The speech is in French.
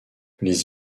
les